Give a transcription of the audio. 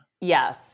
Yes